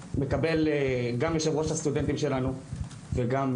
גם יושב-ראש הסטודנטים של המכללה,